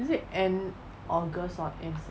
is it end august or end